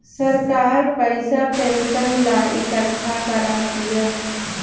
सरकार पइसा पेंशन ला इकट्ठा करा तिया